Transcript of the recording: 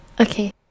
Okay